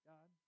God